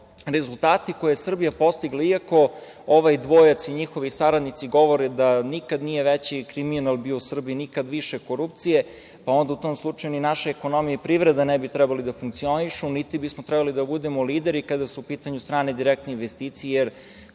rezultati koje je Srbija postigla, iako ovaj dvojica i njihovi saradnici govore da nikad nije veći kriminal bio u Srbiji, nikad više korupcije, pa onda u tom slučaju ni naša ekonomija i privreda ne bi trebali da funkcionišu, niti bismo trebali da budemo lideri kada su u pitanju strane direktne investicije, jer